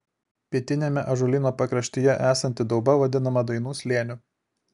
pietiniame ąžuolyno pakraštyje esanti dauba vadinama dainų slėniu